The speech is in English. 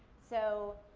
so,